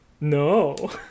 no